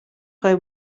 خواهی